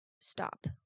stop